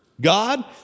God